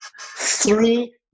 three